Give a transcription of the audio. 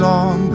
on